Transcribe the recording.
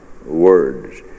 Words